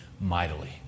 mightily